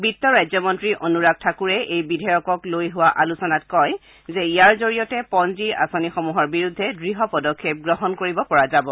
বিত্ত ৰাজ্যমন্ত্ৰী অনুৰাগ ঠাকুৰে এই বিধেয়কক লৈ হোৱা আলোচনাত কয় যে ইয়াৰ জৰিয়তে পঞ্জী আঁচনিসমূহৰ বিৰুদ্ধে দঢ় পদক্ষেপ গ্ৰহণ কৰিব পৰা যাব